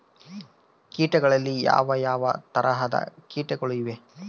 ಕೇಟಗಳಲ್ಲಿ ಯಾವ ಯಾವ ತರಹದ ಕೇಟಗಳು ಇವೆ?